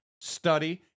study